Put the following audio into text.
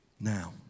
Now